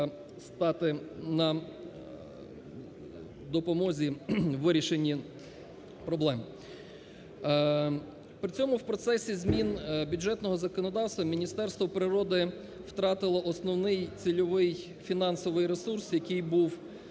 При цьому в процесі змін бюджетного законодавства, Міністерство природи втратило основний цільовий фінансовий ресурс, який був